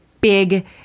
big